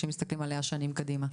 כשמסתכלים עליה שנים קדימה.